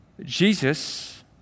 Jesus